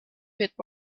with